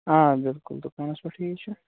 آ بِلکُل دُکانَس پیٚٹھٕے چھِ